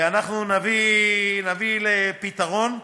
ונביא לפתרון,